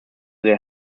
their